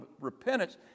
repentance